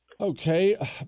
Okay